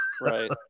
Right